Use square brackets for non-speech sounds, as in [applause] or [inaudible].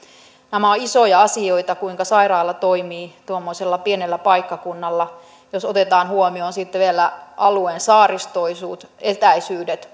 nämä ovat isoja asioita kuinka sairaala toimii tuommoisella pienellä paikkakunnalla ja jos otetaan huomioon sitten vielä alueen saaristoisuus etäisyydet [unintelligible]